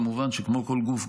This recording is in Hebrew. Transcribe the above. כמובן שכמו כל גוף,